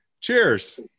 Cheers